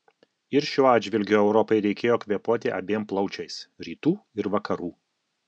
ir šiuo atžvilgiu europai reikėjo kvėpuoti abiem plaučiais rytų ir vakarų